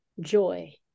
joy